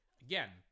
again